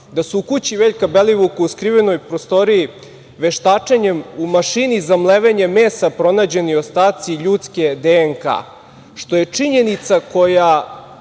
da su u kući Veljka Belivuka u skrivenoj prostoriji veštačenjem u mašini za mlevenje mesa pronađeni ostaci ljudske DNK, što je činjenica koja